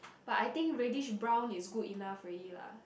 but I think reddish brown is good enough already lah